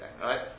right